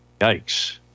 Yikes